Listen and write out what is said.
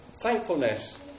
thankfulness